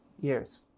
years